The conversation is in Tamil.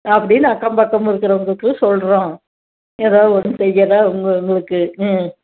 அப்படின்னு அக்கம் பக்கம் இருக்கிறவங்களுக்கு சொல்கிறோம் ஏதாவது ஒன்று செய்யதான் உங்கள் உங்களுக்கு ம்